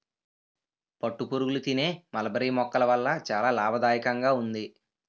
పట్టుపురుగులు తినే మల్బరీ మొక్కల వల్ల చాలా లాభదాయకంగా ఉంది